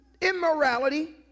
immorality